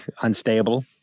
unstable